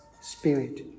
spirit